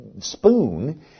spoon